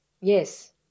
Yes